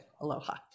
aloha